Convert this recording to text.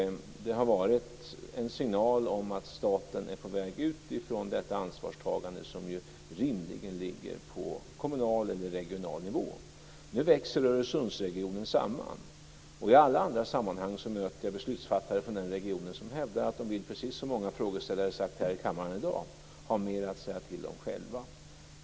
Det har varit en signal att staten är på väg ut från detta ansvarstagande, som ju rimligen ligger på kommunal eller regional nivå. Nu växer Öresundsregionen samman. I alla andra sammanhang möter jag beslutsfattare från den regionen som hävdar att de, precis som många frågeställare sagt här i kammaren i dag, vill ha mer att säga till om själva.